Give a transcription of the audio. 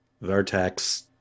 Vertex